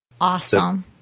Awesome